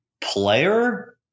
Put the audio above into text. player